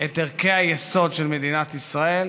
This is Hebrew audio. את ערכי היסוד של מדינת ישראל: